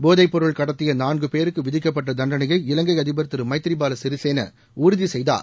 போதைப்பொருள் கடத்திய நான்கு பேருக்கு விதிக்கப்பட்ட மரண தண்டனையை இலங்கை அதிபர் திரு மைத்ரிபால சிறிசேனா உறுதி செய்தார்